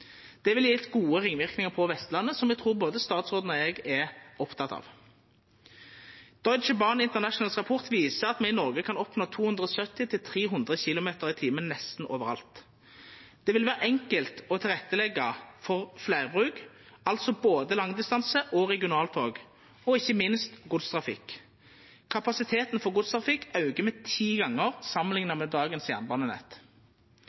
Det ville ha gjeve gode ringverknader på Vestlandet, som eg trur både statsråden og eg er oppteken av. Deutsche Bahn Internationals rapport viser at me i Noreg kan oppnå 270–300 km/t nesten overalt. Det vil vera enkelt å leggja til rette for fleirbruk, altså både langdistanse og regionaltog og ikkje minst godstrafikk. Kapasiteten for godstrafikk aukar med ti